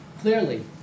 Clearly